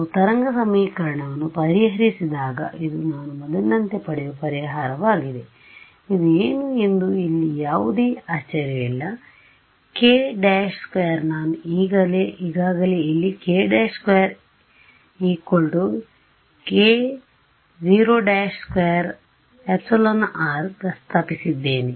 ನಾನು ತರಂಗ ಸಮೀಕರಣವನ್ನು ಪರಿಹರಿಸಿದಾಗ ಇದು ನಾನು ಮೊದಲಿನಂತೆ ಪಡೆಯುವ ಪರಿಹಾರವಾಗಿದೆಇದು ಏನು ಎಂದು ಇಲ್ಲಿ ಯಾವುದೇ ಆಶ್ಚರ್ಯವಿಲ್ಲ k′2 ನಾನು ಈಗಾಗಲೇ ಇಲ್ಲಿ k′2 k02 εr ಪ್ರಸ್ತಾಪಿಸಿದ್ದೇನೆ